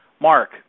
Mark